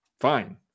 fine